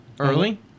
Early